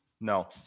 No